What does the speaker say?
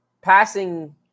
passing